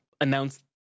announce